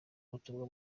ubutumwa